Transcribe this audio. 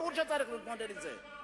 ברור שצריך להתמודד עם זה.